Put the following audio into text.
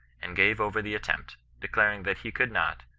and gave over the attempt, declaring that he could not,